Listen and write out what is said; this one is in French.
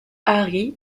harry